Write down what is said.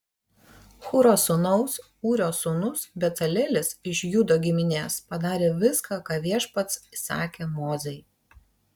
hūro sūnaus ūrio sūnus becalelis iš judo giminės padarė viską ką viešpats įsakė mozei